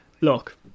look